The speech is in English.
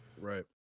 Right